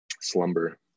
slumber